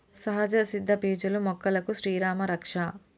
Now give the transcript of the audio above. సహజ సిద్ద పీచులు మొక్కలకు శ్రీరామా రక్ష